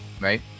right